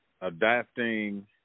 adapting